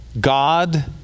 God